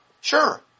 Sure